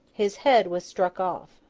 his head was struck off.